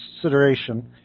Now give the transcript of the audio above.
consideration